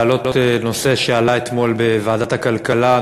להעלות נושא שעלה אתמול בוועדת הכלכלה,